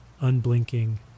unblinking